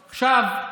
עכשיו,